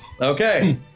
Okay